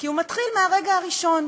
כי הוא מתחיל מהרגע הראשון.